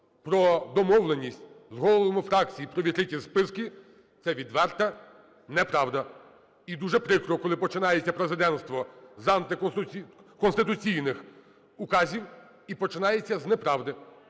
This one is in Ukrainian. про домовленість з головами фракцій про відкриті списки, це відверта неправда. І дуже прикро, коли починається президентство з антиконституційних указів і починається з неправди.